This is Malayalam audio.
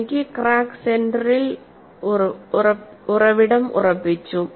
എനിക്ക് ക്രാക്ക് സെന്ററിൽ ഉറവിടം ഉറപ്പിച്ചു